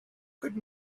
could